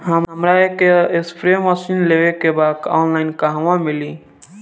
हमरा एक spray machine लेवे के बा ऑनलाइन कहवा मिली?